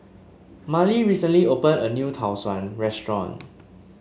Marley recently opened a new Tau Suan restaurant